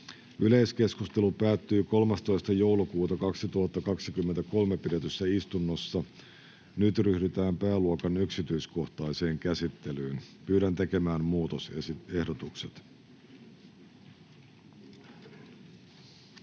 Yleiskeskustelu päättyi 13.12.2023 pidetyssä istunnossa. Nyt ryhdytään pääluokan yksityiskohtaiseen käsittelyyn. [Speech 3] Speaker: